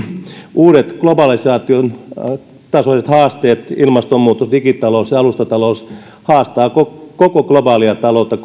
uudet globalisaation tasoiset haasteet ilmastonmuutos digitalous ja alustatalous haastavat koko koko globaalia taloutta